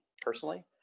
personally